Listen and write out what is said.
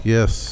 Yes